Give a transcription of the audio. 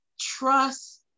trust